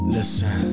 Listen